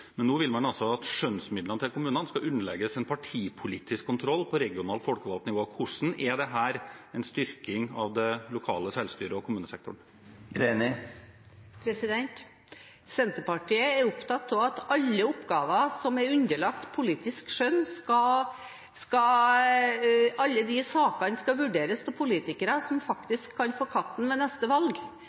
Men nå vil man altså at skjønnsmidlene til kommunene skal underlegges en partipolitisk kontroll på regionalt folkevalgt nivå. Hvordan er dette en styrking av det lokale selvstyret og kommunesektoren? Senterpartiet er opptatt av at alle oppgaver og saker som er underlagt politisk skjønn, skal vurderes av politikere – som faktisk kan få katten ved neste valg